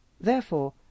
Therefore